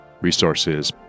resources